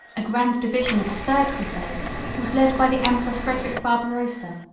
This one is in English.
a grand division of the third crusade was led by the emperor frederic barbarossa,